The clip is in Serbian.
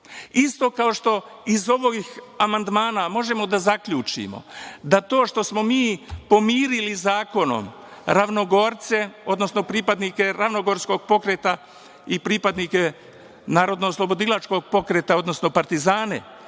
isto kao što iz ovih amandmana možemo da zaključimo da to što smo mi pomirili zakonom Ravnogorce, odnosno pripadnike Ravnogrskog pokreta i pripadnike Narodnooslobodilačkog pokreta, odnosno Partizane,